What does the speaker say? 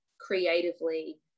creatively